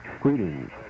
Greetings